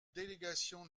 délégation